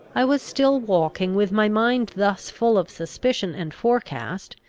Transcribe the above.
i was still walking with my mind thus full of suspicion and forecast,